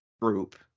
group